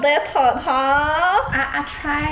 I I try to